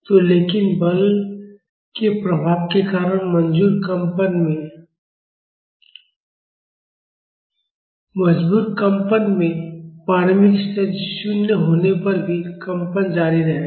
तो लेकिन बल के प्रभाव के कारण मजबूर कंपन में प्रारंभिक स्थिति 0 होने पर भी कंपन जारी रहेगा